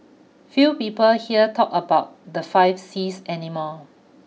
few people here talk about the five Cs any more